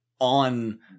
on